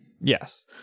yes